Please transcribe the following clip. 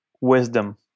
Wisdom